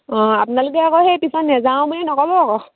অঁ আপোনালোকে আকৌ সেই পিছত নেযাওঁ বুলি নক'ব আকৌ